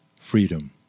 Freedom